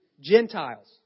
Gentiles